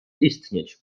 istnieć